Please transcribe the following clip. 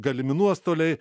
galimi nuostoliai